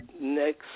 Next